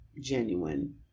genuine